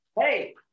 hey